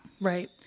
Right